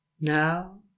now